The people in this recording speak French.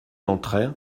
entrait